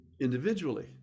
individually